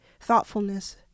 thoughtfulness